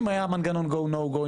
אם היה מנגנון GO NO GO,